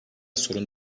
sorun